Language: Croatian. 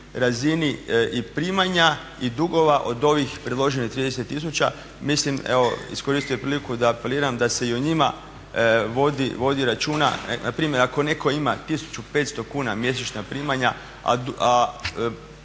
razini i primanja i dugova od ovih priloženih 30 tisuća. Mislim evo iskoristio bih priliku da apeliram da se i o njima vodi računa. Npr. ako netko ima 1500 kuna mjesečna primanja a